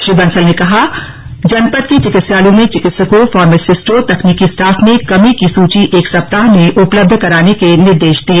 श्री बंसल कहा ने जनपद के चिकित्सालयों में चिकित्सकों फामेसिस्टों तकनीकी स्टाफ में कमी की सूची एक सप्ताह में उपलब्ध कराने के निर्देश भी दिए